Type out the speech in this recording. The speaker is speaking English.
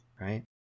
right